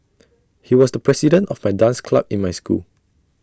he was the president of the dance club in my school